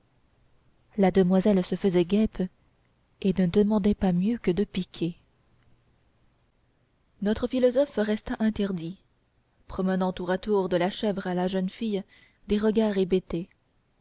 la demoiselle se faisait guêpe et ne demandait pas mieux que de piquer notre philosophe resta interdit promenant tour à tour de la chèvre à la jeune fille des regards hébétés